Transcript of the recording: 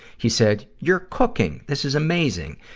he said, you're cooking. this is amazing!